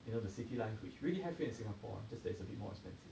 you know the city life which really have you in singapore just that it's a bit more expensive